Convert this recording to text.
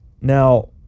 Now